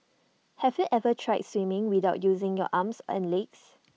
have you ever tried swimming without using your arms and legs